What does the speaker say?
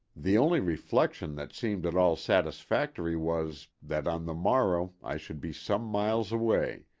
the only reflection that seemed at all satisfactory, was, that on the morrow i should be some miles away,